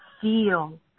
feel